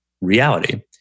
reality